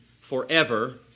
forever